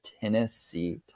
Tennessee